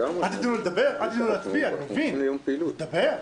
אל תיתנו להצביע אני מבין, אבל לדבר.